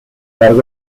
largo